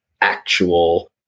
actual